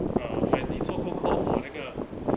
when you 做个 comm 那个